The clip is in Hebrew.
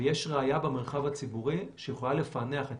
ויש ראיה במרחב הציבורי שיכולה לפענח את